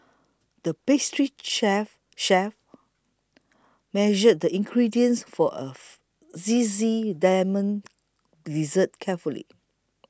the pastry chef chef measured the ingredients for a Zesty Lemon Dessert carefully